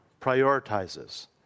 prioritizes